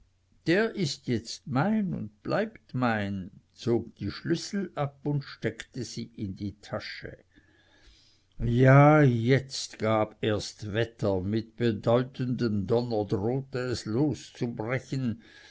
der ist jetzt mein und bleibt mein zog die schlüssel ab und steckte sie in die tasche ja jetzt gab es erst wetter mit bedeutendem donner drohte es loszubrechen